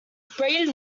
sprayed